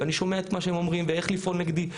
ואני שומע את מה שהם אומרים ואיך לפעול נגדי.